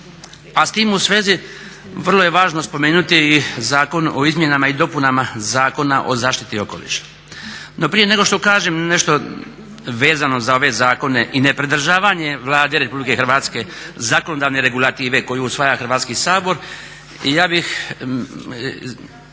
a s tim u svezi vrlo je važno spomenuti i Zakon o izmjenama i dopunama Zakona o zaštiti okoliša. No, prije nego što kažem nešto vezano za ove zakone i nepridržavanje Vlade RH zakonodavne regulative koju usvaja Hrvatski sabor ja bih